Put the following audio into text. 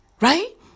right